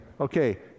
okay